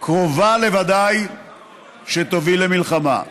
קרובה לוודאות שתוביל למלחמה.